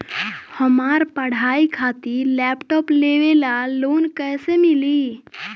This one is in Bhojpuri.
हमार पढ़ाई खातिर लैपटाप लेवे ला लोन कैसे मिली?